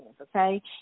okay